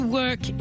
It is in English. work